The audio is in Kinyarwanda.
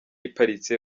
iparitse